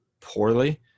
poorly